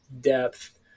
depth